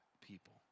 people